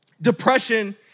depression